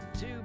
two